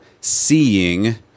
seeing